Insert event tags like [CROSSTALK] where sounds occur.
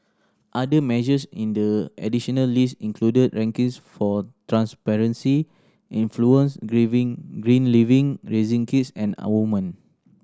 other measures in the additional list included rankings for transparency influence [UNINTELLIGIBLE] green living raising kids and women